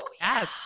yes